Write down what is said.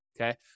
okay